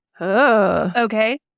Okay